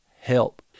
help